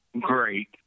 great